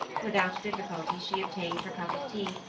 without difficulty she obtained her cup of tea,